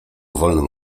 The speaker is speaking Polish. wolnym